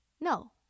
No